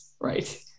Right